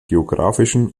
geografischen